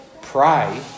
Pray